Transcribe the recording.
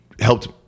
helped